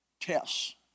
tests